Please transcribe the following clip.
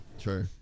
True